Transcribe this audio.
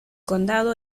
condado